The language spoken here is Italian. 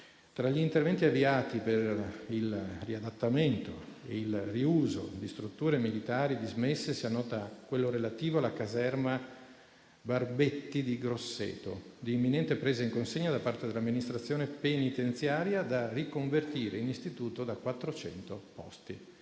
Tra gli interventi avviati per il riadattamento e il riuso di strutture militari dismesse, si annota quello relativo alla caserma «Barbetti» di Grosseto, d'imminente presa in consegna da parte dell'amministrazione penitenziaria, da riconvertire in istituto da 400 posti.